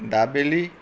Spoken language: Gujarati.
દાબેલી